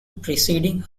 preceding